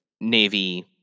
navy